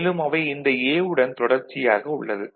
மேலும் அவை இந்த A வுடன் தொடர்ச்சியாக உள்ளது